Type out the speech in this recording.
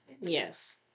Yes